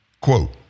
Quote